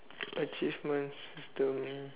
achievements is the um